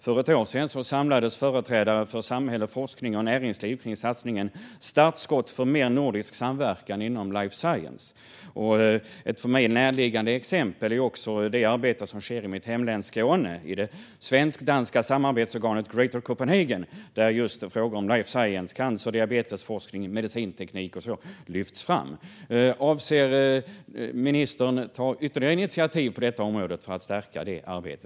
För ett år sedan samlades företrädare för samhälle, forskning och näringsliv kring satsningen Startskott för mer nordisk samverkan inom life science. Ett för mig närliggande exempel är också det arbete som sker i mitt hemlän Skåne i och med det svensk-danska samarbetsorganet Greater Copenhagen, där just frågor om life science, cancer och diabetesforskning och medicinteknik lyfts fram. Avser ministern att ta ytterligare initiativ på området för att stärka detta arbete?